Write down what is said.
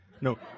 no